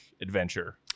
adventure